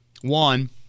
One